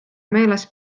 meeles